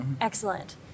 excellent